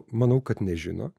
manau kad nežino